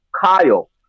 Kyle